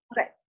Okay